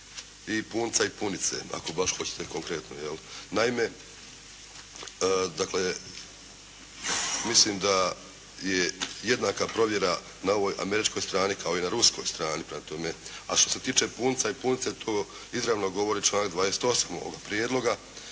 i punca i punice ako baš hoćete konkretno. Naime, mislim da je jednaka provjera na ovoj američkoj strani kao i na ruskoj strani. A što se tiče punca i punice tu izravno govori članak 28. ovoga prijedloga